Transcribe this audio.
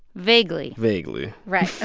vaguely vaguely right,